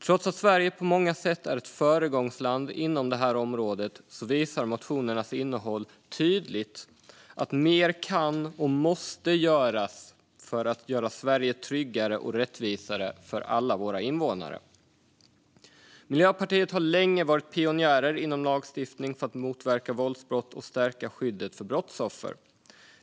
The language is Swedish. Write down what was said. Trots att Sverige på många sätt är ett föregångsland inom detta område visar motionernas innehåll tydligt att mer kan och måste göras för att göra Sverige tryggare och rättvisare för alla våra invånare. Miljöpartiet har länge varit pionjärer inom lagstiftning för att motverka våldsbrott och stärka skyddet för brottsoffer.